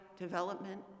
development